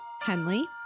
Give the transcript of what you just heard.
Henley